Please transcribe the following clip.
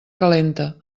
calenta